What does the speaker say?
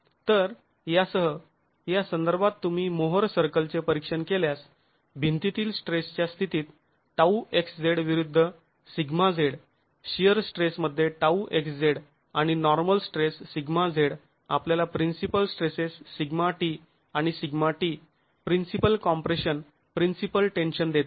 तर यासह यासंदर्भात तुम्ही मोहर सर्कलचे परीक्षण केल्यास भिंतीतील स्ट्रेसच्या स्थितीत τxz विरुद्ध σz शिअर स्ट्रेस मध्ये τxz आणि नॉर्मल स्ट्रेस σz आपल्याला प्रिन्सिपल स्ट्रेसेस σc आणि σt principal compression principal tension देतात